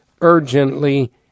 urgently